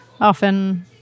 often